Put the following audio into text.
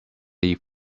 leave